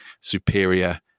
superior